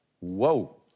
Whoa